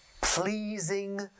pleasing